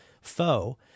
foe